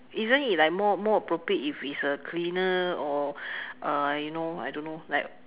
isn't it like more more appropriate if it's a cleaner or uh you know I don't know like